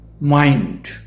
mind